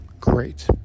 great